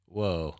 Whoa